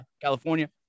California